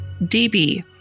DB